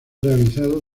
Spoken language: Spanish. realizado